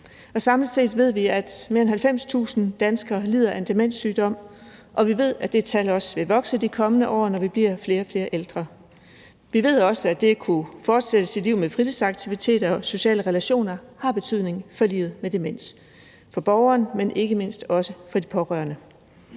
Samlet set ved vi, at mere end 90.000 danskere lider af en demenssygdom, og vi ved, at det tal også vil vokse de kommende år, når vi bliver flere og flere ældre. Vi ved også, at det at kunne fortsætte sit liv med fritidsaktiviteter og sociale relationer har betydning for livet med demens – for borgeren, men ikke mindst også for de pårørende.